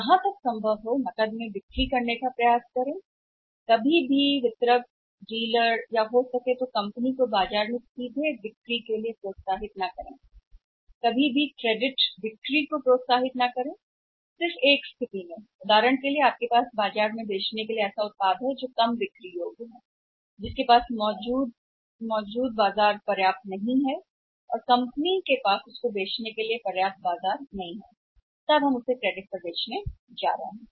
यदि संभव हो तो प्रयास करें अधिक से अधिक नकदी को कभी भी वितरकों डीलर या कंपनी को प्रोत्साहित न करें बाजार में सीधे बिक्री केवल उदाहरण के लिए स्थिति में क्रेडिट बिक्री को प्रोत्साहित न करें आप कहते हैं कि बाजार में उत्पाद बेचने का एक उत्पाद है जो कम बिक्री योग्य है बाजार जिसके उत्पाद के लिए मौजूदा बाजार पर्याप्त नहीं है कंपनी कोई पर्याप्त बाजार नहीं है तो हम क्रेडिट पर बेचने जा रहे हैं